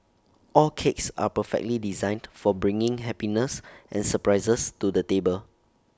all cakes are perfectly designed for bringing happiness and surprises to the table